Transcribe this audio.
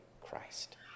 Christ